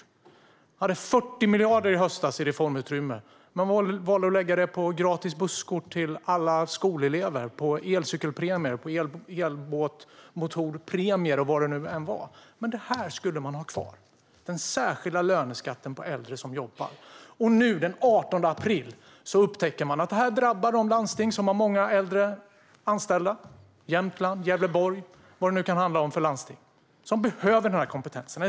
Ni hade 40 miljarder i reformutrymme i höstas men valde att lägga det på gratis busskort till alla skolelever, på elcykelpremier, på elbåtmotorspremier och vad det nu var. Men det här skulle man ha kvar, den särskilda löneskatten på äldre som jobbar. Och nu, den 18 april, upptäcker man att det här drabbar de landsting - Jämtland, Gävleborg och vad det nu kan handla om för landsting - som har många äldre anställda och behöver den kompetensen.